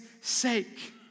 sake